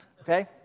okay